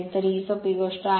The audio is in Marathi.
तर ही सोपी गोष्ट आहे